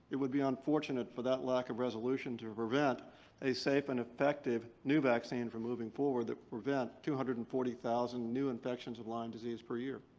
it would be unfortunate for that lack of resolution to prevent a safe and effective new vaccine for moving forward that would prevent two hundred and forty thousand new infections of lyme disease per year.